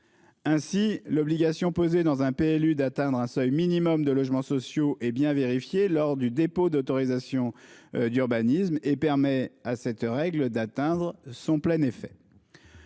Ainsi, l'obligation inscrite dans un PLU d'atteindre un seuil minimal de logements sociaux est bien vérifiée lors du dépôt de l'autorisation d'urbanisme, ce qui donne à cette règle son plein effet.